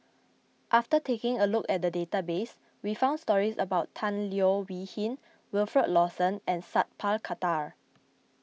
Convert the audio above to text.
after taking a look at the database we found stories about Tan Leo Wee Hin Wilfed Lawson and Sat Pal Khattar